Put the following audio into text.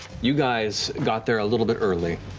you guys got there a little bit early,